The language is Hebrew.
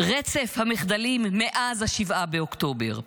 רצף המחדלים מאז 7 באוקטובר.